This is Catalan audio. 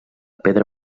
pedra